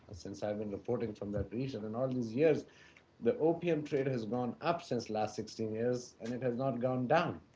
since i've been reporting from that region, and all these years the opium trade has gone up since last sixteen years and it has not gone down.